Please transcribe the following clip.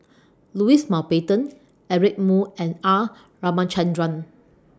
Louis Mountbatten Eric Moo and R Ramachandran